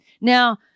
Now